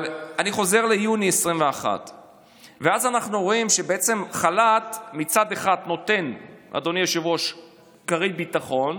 אבל אני חוזר ליוני 2021. אנחנו רואים שמצד אחד החל"ת נותן כרית ביטחון,